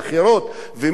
ומי שעכשיו,